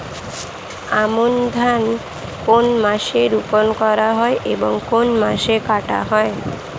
আমন ধান কোন মাসে রোপণ করা হয় এবং কোন মাসে কাটা হয়?